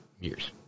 years